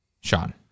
sean